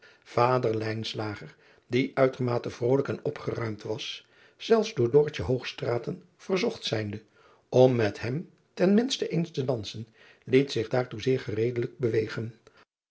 ader die uitermate vrolijk en opgeruimd was zelfs door verzocht zijnde om met hem ten minste eens te dansen liet zich daartoe zeer gereedelijk bewegen